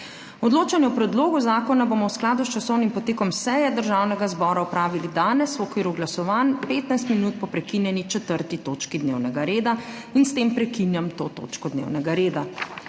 Odločanje o predlogu zakona bomo v skladu s časovnim potekom seje Državnega zbora opravili danes v okviru glasovanj, 15 minut po prekinjeni 4. točki dnevnega reda in s tem prekinjam to točko dnevnega reda.